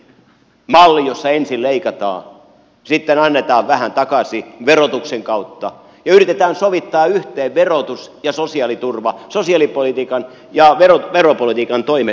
malli jossa ensin leikataan sitten annetaan vähän takaisin verotuksen kautta ja yritetään sovittaa yhteen verotus ja sosiaaliturva sosiaalipolitiikan ja veropolitiikan toimet